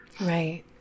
Right